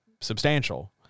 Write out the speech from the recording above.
substantial